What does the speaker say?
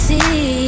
See